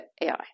AI